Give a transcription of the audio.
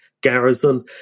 garrison